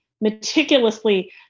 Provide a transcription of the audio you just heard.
meticulously